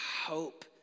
hope